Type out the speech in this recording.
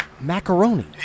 Macaroni